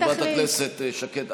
חברת הכנסת שקד,